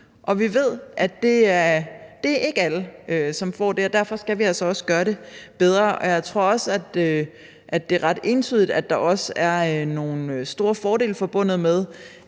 Vi ved, at det ikke er alle, som får det, og derfor skal vi altså også gøre det bedre. Jeg tror også, at det er ret entydigt, at der også er nogle store fordele forbundet med